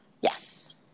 Yes